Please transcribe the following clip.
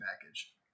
package